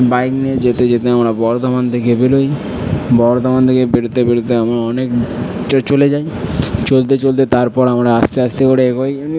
bike নিয়ে যেতে যেতে আমরা বর্ধমান থেকে বেরোই বর্ধমান থেকে বেরোতে বেরোতে আমরা অনেক চো চলে যাই চলতে চলতে তারপর আমরা আস্তে আস্তে করে এগোই এমনি